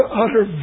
utter